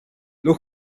los